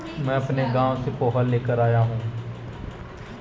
मैं अपने गांव से पोहा लेकर आया हूं